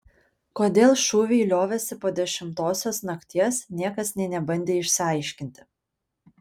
kodėl šūviai liovėsi po dešimtosios nakties niekas nė nebandė išsiaiškinti